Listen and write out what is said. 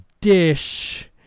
dish